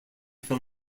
fell